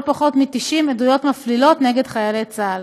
פחות מ-90 עדויות מפלילות נגד חיילי צה״ל.